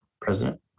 president